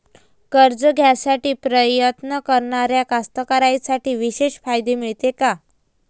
कर्ज घ्यासाठी प्रयत्न करणाऱ्या कास्तकाराइसाठी विशेष फायदे मिळते का?